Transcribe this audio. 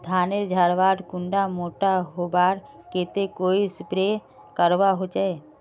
धानेर झार कुंडा मोटा होबार केते कोई स्प्रे करवा होचए?